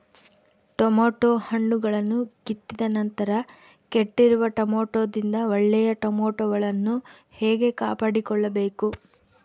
Tomato ಹಣ್ಣುಗಳನ್ನು ಕಿತ್ತಿದ ನಂತರ ಕೆಟ್ಟಿರುವ ಟೊಮೆಟೊದಿಂದ ಒಳ್ಳೆಯ ಟೊಮೆಟೊಗಳನ್ನು ಹೇಗೆ ಕಾಪಾಡಿಕೊಳ್ಳಬೇಕು?